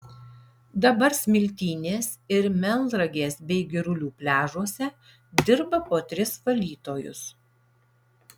dabar smiltynės ir melnragės bei girulių pliažuose dirba po tris valytojus